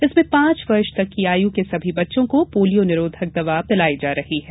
इसमें पांच वर्ष तक की आयु के सभी बच्चों को पोलियो निरोधक दवा पिलाई जा रही है